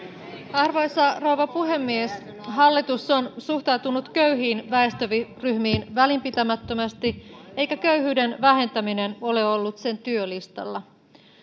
arvoisa rouva puhemies hallitus on suhtautunut köyhiin väestöryhmiin välinpitämättömästi eikä köyhyyden vähentäminen ole ollut sen työlistalla